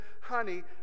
honey